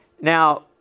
Now